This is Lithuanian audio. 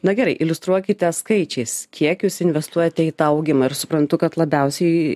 na gerai iliustruokite skaičiais kiek jūs investuojate į tą augimą ir suprantu kad labiausiai